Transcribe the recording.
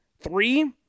three